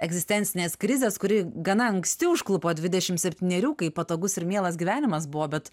egzistencinės krizės kuri gana anksti užklupo dvidešim septynerių kai patogus ir mielas gyvenimas buvo bet